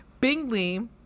bingley